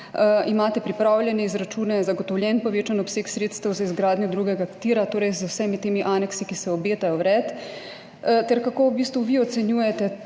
Imate pripravljene izračune in zagotovljen povečan obseg sredstev za izgradnjo drugega tira z vsemi aneksi, ki se obetajo, vred? Kako vi ocenjujete